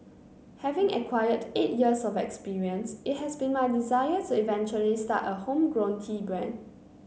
having acquired eight years of experience it has been my desire to eventually start a homegrown tea brand